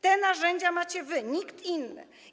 Te narzędzia macie wy, nikt inny.